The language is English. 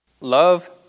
Love